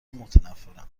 متنفرم